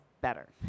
better